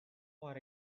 for